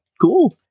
Cool